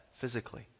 physically